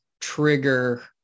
trigger